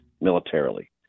militarily